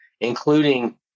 including